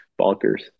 bonkers